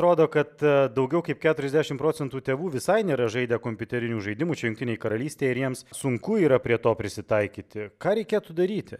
rodo kad daugiau kaip keturiasdešim procentų tėvų visai nėra žaidę kompiuterinių žaidimų čia jungtinėj karalystėj ir jiems sunku yra prie to prisitaikyti ką reikėtų daryti